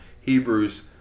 Hebrews